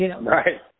Right